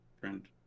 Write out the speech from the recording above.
friend